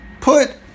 Put